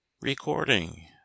Recording